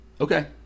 Okay